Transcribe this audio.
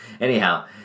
Anyhow